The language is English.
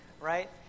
right